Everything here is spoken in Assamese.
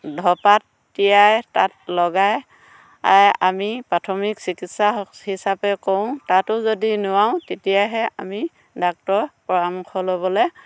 ধপাত তিয়াই তাত লগাই আমি প্ৰাথমিক চিকিৎসা হিচাপে কৰোঁ তাতো যদি নোৱাৰোঁ তেতিয়াহে আমি ডাক্টৰৰ পৰামৰ্শ ল'বলে